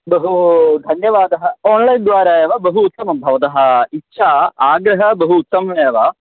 बहु धन्यवादः आन्लैन् द्वारा एव बहु उत्तमं भवतः इच्छा आग्रहः बहु उत्तममेव